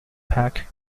pack